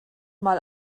mal